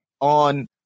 on